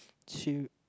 she